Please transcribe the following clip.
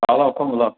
ꯂꯥꯛꯑꯣ ꯂꯥꯛꯑꯣ ꯐꯝꯃꯨ ꯂꯥꯎ